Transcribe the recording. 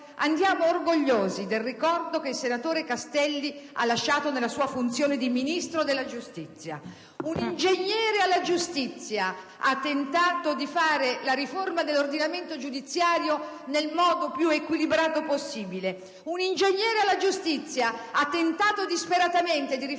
andiamo orgogliosi del ricordo che il senatore Castelli ha lasciato nella sua funzione di Ministro della giustizia. Un ingegnere al Ministero della giustizia ha tentato di fare la riforma dell'ordinamento giudiziario nel modo più equilibrato possibile; un ingegnere al Ministero della giustizia ha tentato disperatamente di riformare quell'orrendo strumento